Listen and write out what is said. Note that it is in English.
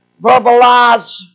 verbalize